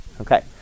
Okay